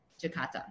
Jakarta